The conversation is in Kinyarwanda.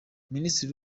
minisiteri